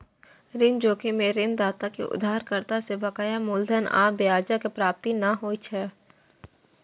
ऋण जोखिम मे ऋणदाता कें उधारकर्ता सं बकाया मूलधन आ ब्याजक प्राप्ति नै होइ छै